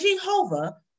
Jehovah